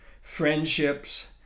friendships